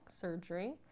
surgery